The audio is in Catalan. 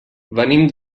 venim